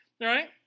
right